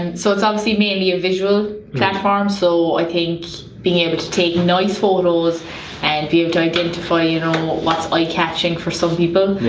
and so it's obviously mainly a visual platform so i think being able to take nice photos and being able to identify you know what's eye-catching for some people.